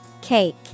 Cake